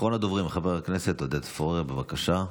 אחרון הדוברים, חבר הכנסת עודד פורר, בבקשה.